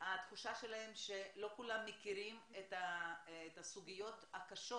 התחושה שלהם שלא כולם מכירים את הסוגיות הקשות,